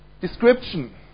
description